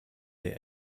der